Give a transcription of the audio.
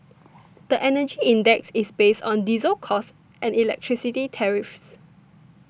the Energy Index is based on diesel costs and electricity tariffs